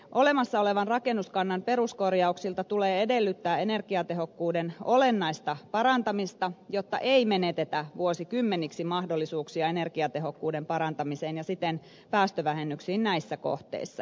olemassa olevan rakennuskannan peruskorjauksilta tulee edellyttää energiatehokkuuden olennaista parantamista jotta ei menetetä vuosikymmeniksi mahdollisuuksia energiatehokkuuden parantamiseen ja siten päästövähennyksiin näissä kohteissa